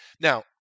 Now